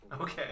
Okay